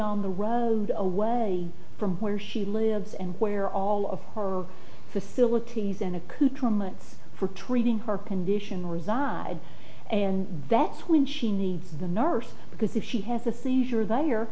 on the run away from where she lives and where all of her facilities and accoutrements for treating her condition reside and that's when she needs the nurse because if she has a seizure the